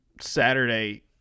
Saturday